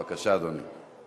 בבקשה, אדוני.